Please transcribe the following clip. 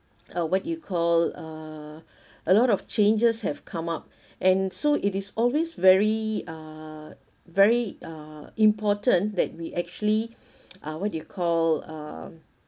uh what you call uh a lot of changes have come up and so it is always very uh very uh important that we actually uh what do you call uh